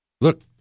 Look